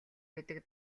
гэдэг